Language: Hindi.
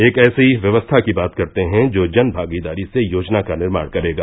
एक ऐसी व्यवस्था की बात करते हैं जो जन भागीदारी से योजना का निर्माण करेगा